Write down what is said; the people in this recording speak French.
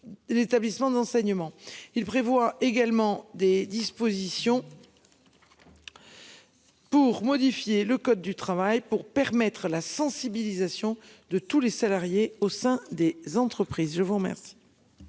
l'établissement d'enseignement. Il prévoit également des dispositions. Pour modifier le code du travail pour permettre la sensibilisation de tous les salariés au sein des entreprises. Je vous remercie.